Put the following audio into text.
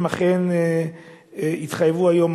הם אכן התחייבו היום,